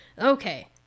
okay